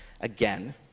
Again